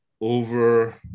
over